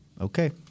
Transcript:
Okay